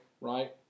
Right